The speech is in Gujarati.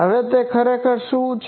હવે તે ખરેખર શું છે